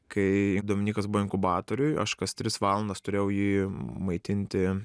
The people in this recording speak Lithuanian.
kai dominykas buvo inkubatoriuj aš kas tris valandas turėjau jį maitinti